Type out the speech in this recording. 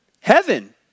heaven